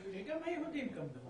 גם היהודים כמובן.